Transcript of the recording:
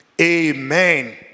Amen